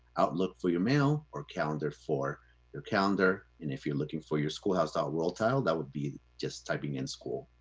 outlook for your mail or calendar for your calendar. and if you're looking for your schoolhouse world tile, that would be just typing in school.